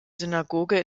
synagoge